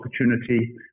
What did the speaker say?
opportunity